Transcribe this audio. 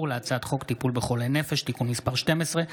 להצעת חוק טיפול בחולי נפש (תיקון מס' 12),